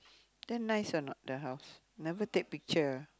then nice or not the house never take picture ah